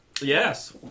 Yes